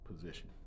position